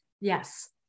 Yes